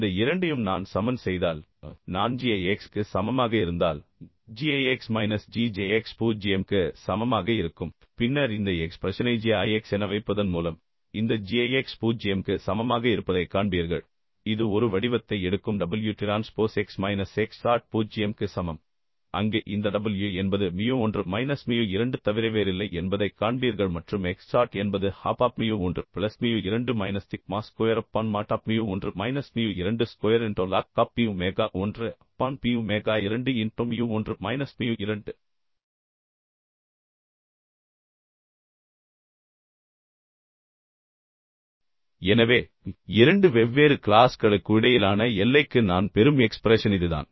இந்த இரண்டையும் நான் சமன் செய்தால் நான் g ஐ X க்கு சமமாக இருந்தால் g ஐ X minus g j X 0 க்கு சமமாக இருக்கும் பின்னர் இந்த எக்ஸ்பிரஷனை g i x என வைப்பதன் மூலம் இந்த g ஐ x 0 க்கு சமமாக இருப்பதைக் காண்பீர்கள் இது ஒரு வடிவத்தை எடுக்கும் w transpose x minus x naught 0 க்கு சமம் அங்கு இந்த w என்பது மியூ 1 மைனஸ் மியூ 2 தவிர வேறில்லை என்பதைக் காண்பீர்கள் மற்றும் x நாட் என்பது half of mu 1 plus mu 2 minus sigma square upon mod of mu 1 minus mu 2 square into log of P omega 1 upon P omega 2 into mu 1 minus mu 2 எனவே இரண்டு வெவ்வேறு க்ளாஸ்களுக்கு இடையிலான எல்லைக்கு நான் பெறும் எக்ஸ்பிரஷன் இதுதான்